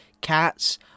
cats